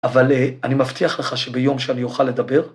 ‫אבל אני מבטיח לך ‫שביום שאני אוכל לדבר...